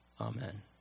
amen